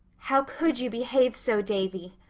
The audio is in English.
how could you behave so, davy?